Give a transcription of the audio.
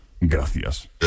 Gracias